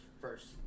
first